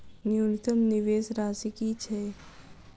न्यूनतम निवेश राशि की छई?